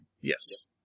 Yes